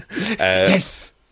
Yes